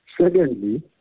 Secondly